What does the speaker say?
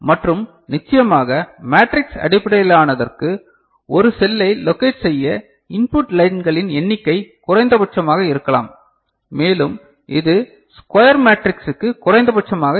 மற்றும் நிச்சயமாக மேட்ரிக்ஸ் அடிப்படையிலானதற்கு ஒரு செல்லை லோகேட் செய்ய இன்புட் லைன்களின் எண்ணிக்கை குறைந்தபட்சமாக இருக்கலாம் மேலும் இது ஸ்குயர் மேட்ரிக்ஸுக்கு குறைந்தபட்சம் ஆக இருக்கும்